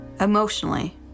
emotionally